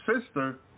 sister